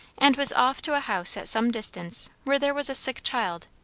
and was off to a house at some distance where there was a sick child,